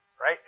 Right